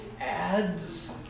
Ads